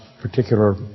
particular